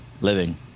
Living